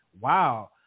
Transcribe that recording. wow